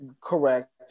Correct